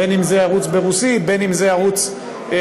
בין שזה ערוץ ברוסית,